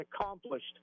accomplished